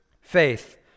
faith